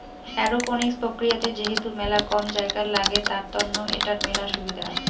aeroponics প্রক্রিয়াতে যেহেতু মেলা কম জায়গাত লাগে, তার তন্ন এটার মেলা সুবিধা